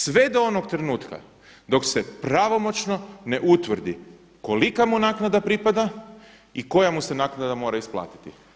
Sve do onog trenutka dok se pravomoćno ne utvrdi kolika mu naknada pripada i koja mu se naknada mora isplatiti.